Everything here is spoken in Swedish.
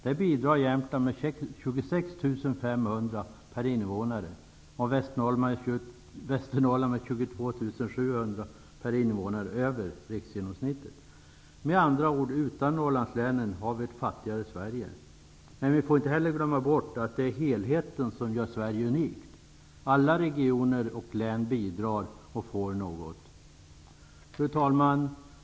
Där bidrar Jämtland med 26 500 Med andra ord, utan Norrlandslänen har vi ett fattigare Sverige. Men vi får inte glömma att det är helheten som gör Sverige unikt. Alla regioner och län bidrar och får något. Fru talman!